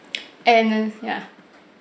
and then ya